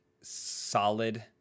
solid